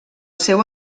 seu